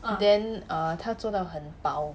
then uh 她做到很薄